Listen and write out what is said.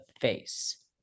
face